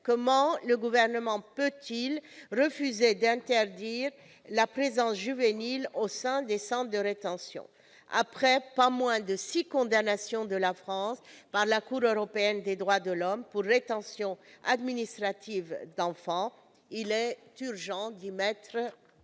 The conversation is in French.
comment le Gouvernement peut-il refuser d'interdire la présence juvénile au sein des centres de rétention ? Après pas moins de six condamnations de la France par la Cour européenne des droits de l'homme pour rétention administrative d'enfants, il est urgent d'y mettre